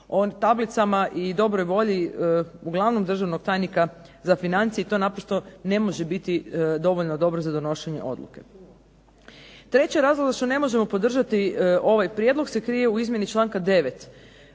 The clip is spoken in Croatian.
o tablicama i dobroj volji uglavnom državnog tajnika za financije i to naprosto ne može biti dovoljno dobro za donošenje odluke. Treći razlog što ne možemo podržati ovaj prijedlog se krije u izmjeni članka 9.